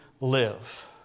live